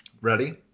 Ready